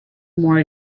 more